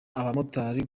abamotari